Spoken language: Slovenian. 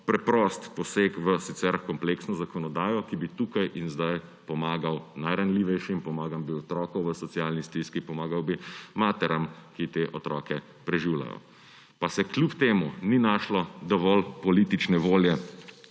preprost poseg v sicer kompleksno zakonodajo, ki bi tu in zdaj pomagal najranljivejšim, pomagal bi otrokom v socialni stiski, pomagal bi materam, ki te otroke preživljajo. Pa se kljub temu ni našlo dovolj politične volje,